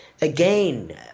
Again